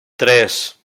tres